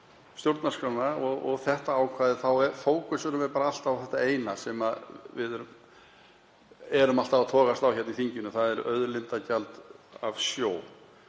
og þetta ákvæði, þá fókuserum við bara alltaf á þetta eina sem við erum alltaf að togast á um hér í þinginu, þ.e. gjald af